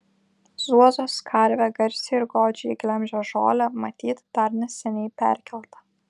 zuozos karvė garsiai ir godžiai glemžia žolę matyt dar neseniai perkelta